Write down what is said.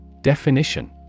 Definition